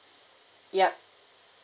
yup